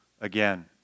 again